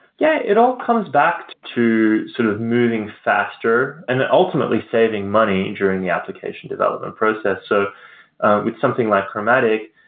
yeah. it all comes back to sort of moving faster and ultimately saving money and during the application development process. so with something like chromatic,